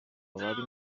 abari